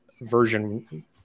version